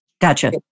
gotcha